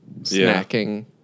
snacking